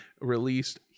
released